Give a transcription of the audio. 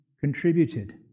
contributed